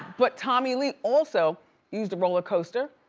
but tommy lee also used a rollercoaster.